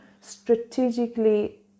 strategically